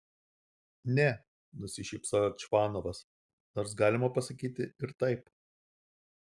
ne nusišypsojo čvanovas nors galima pasakyti ir taip